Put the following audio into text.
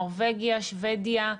נורבגיה, שבדיה,